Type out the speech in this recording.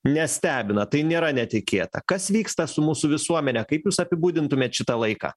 nestebina tai nėra netikėta kas vyksta su mūsų visuomene kaip jūs apibūdintumėt šitą laiką